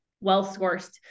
well-sourced